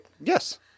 Yes